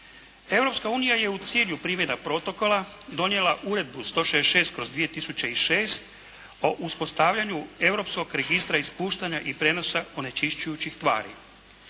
Europska unija je u cilju primjena Protokola donijela Uredbu 66/2006 o uspostavljanju europskog registra i ispuštanja i prijenosa onečišćujućih tvari.